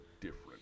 different